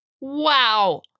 wow